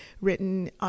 written